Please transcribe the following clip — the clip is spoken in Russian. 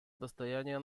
достояние